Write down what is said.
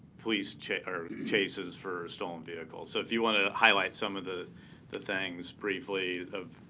police chases chases for stolen vehicles. so if you want to highlight some of the the things briefly